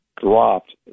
dropped